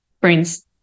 brain's